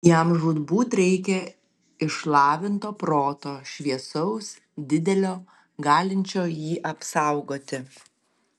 jam žūtbūt reikia išlavinto proto šviesaus didelio galinčio jį apsaugoti